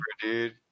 dude